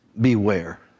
Beware